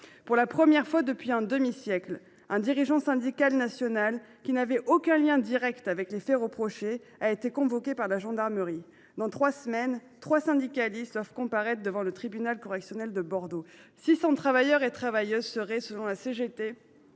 Pour la première fois depuis un demi siècle, un dirigeant syndical national, qui n’avait aucun lien direct avec les faits reprochés, a été convoqué par la gendarmerie. Dans trois semaines, trois syndicalistes comparaîtront devant le tribunal correctionnel de Bordeaux. Selon la CGT, quelque 600 travailleurs et travailleuses seraient ainsi